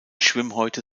schwimmhäute